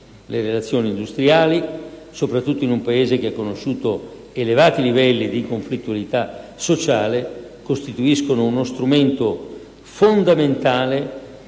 Le relazioni industriali, soprattutto in un Paese che ha conosciuto elevati livelli di conflittualità sociale, costituiscono uno strumento fondamentale